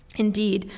indeed,